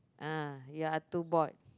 ah ya too bored